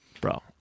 Bro